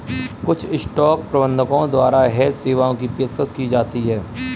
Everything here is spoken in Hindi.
कुछ स्टॉक प्रबंधकों द्वारा हेज सेवाओं की पेशकश की जाती हैं